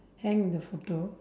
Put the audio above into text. hang the photo